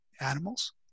animals